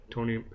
Tony